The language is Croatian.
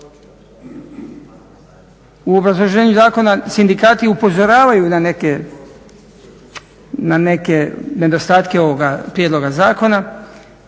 u obrazloženju zakona sindikati upozoravaju na neke nedostatke ovoga prijedloga zakona